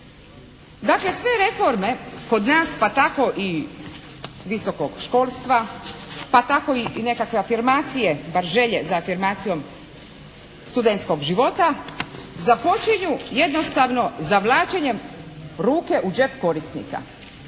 Dakle sve reforme kod nas pa tako i visokog školstva pa tako i nekakve afirmacije, bar želje za afirmacijom studentskog života započinju jednostavno zavlačenjem ruke u džep korisnika.